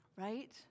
Right